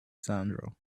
sandra